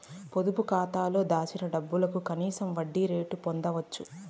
పొదుపు కాతాలో దాచిన డబ్బుకు కనీస వడ్డీ రేటు పొందచ్చు